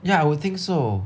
ya I would think so